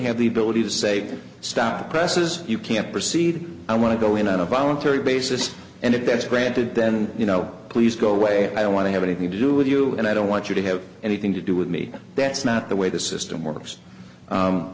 have the ability to say stop presses you can't proceed i want to go in on a voluntary basis and if that's granted then you know please go away i don't want to have anything to do with you and i don't want you to have anything to do with me that's not the way the system works